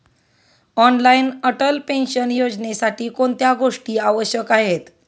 Online Atal pension योजनेसाठी कोणत्या गोष्टी आवश्यक आहेत?